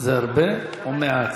זה הרבה או מעט?